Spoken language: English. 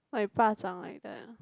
like ba-zhang like that